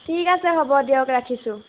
ঠিক আছে হ'ব দিয়ক ৰাখিছোঁ